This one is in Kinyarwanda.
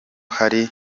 hari